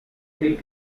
three